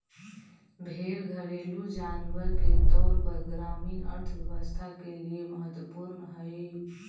भेंड़ घरेलू जानवर के तौर पर ग्रामीण अर्थव्यवस्था के लिए महत्त्वपूर्ण हई